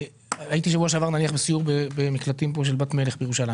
הייתי בשבוע שעבר בסיור במקלטים של "בת מלך" בירושלים